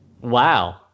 Wow